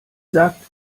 sagte